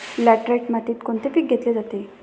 Laterite मातीत कोणते पीक घेतले जाते?